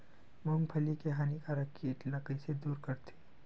मूंगफली के हानिकारक कीट ला कइसे दूर करथे?